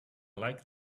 like